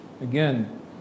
again